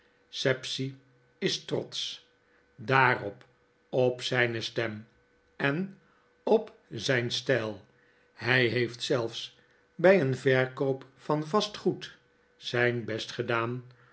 sapsea is trotsch darop op zrjne stem en op zyn styl hy heeft zelfs by een verkoop van vast goed zyn best gedaan